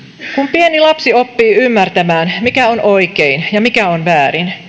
pieni lapsi oppii ymmärtämään mikä on oikein ja mikä on väärin